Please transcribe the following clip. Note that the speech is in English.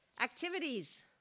activities